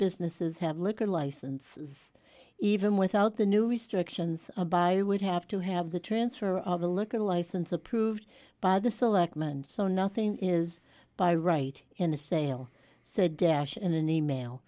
businesses have liquor licenses even without the new restrictions by would have to have the transfer of the liquor license approved by the selectmen so nothing is by right in the sale so dash in an e mail